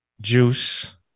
Juice